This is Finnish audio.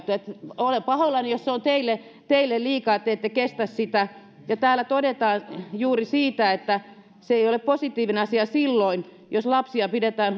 olen pahoillani jos se on teille teille liikaa jos te ette kestä sitä täällä todetaan juuri niin että se ei ole positiivinen asia silloin jos lapsia pidetään